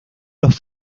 los